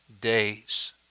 days